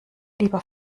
lieber